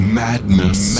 madness